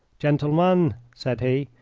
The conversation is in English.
gentlemen, said he,